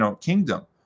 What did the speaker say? kingdom